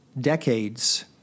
decades